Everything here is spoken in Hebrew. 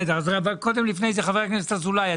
ינון אזולאי,